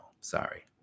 sorry